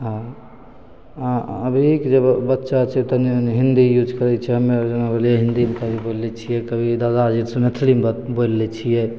हाँ हाँ अभीके जे बच्चा छै तनि हिन्दी यूज करै छै हमे आओर जेना भेलिए हिन्दीमे कभी बोलै छिए कभी दादाजीसे मैथिलीमे बात बोलि लै छिए